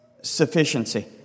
sufficiency